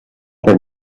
per